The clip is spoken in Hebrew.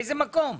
באיזה מקום?